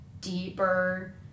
deeper